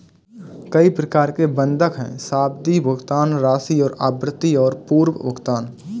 कई प्रकार के बंधक हैं, सावधि, भुगतान राशि और आवृत्ति और पूर्व भुगतान